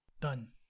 Done